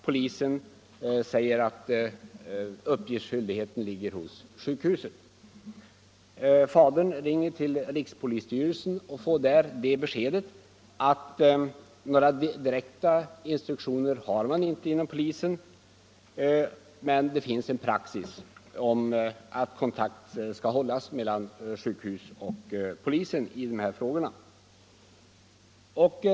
Polisen säger att uppgiftsskyldigheten ligger hos sjukhuset. Fadern ringer då till rikspolisstyrelsen och får där beskedet, att några direkta instruktioner inte finns inom polisen men att det är praxis att kontakt skall hållas mellan sjukhus och polis i sådana frågor.